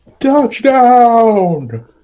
Touchdown